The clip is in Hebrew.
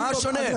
למה זה שונה פה?